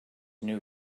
new